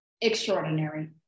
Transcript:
extraordinary